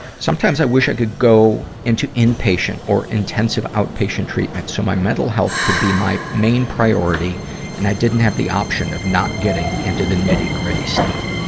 sometimes i wish i could go into inpatient or intensive outpatient treatment, so my mental health can be my main priority and i didn't have the option of not getting into the nitty-gritty stuff.